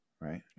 right